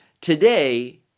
Today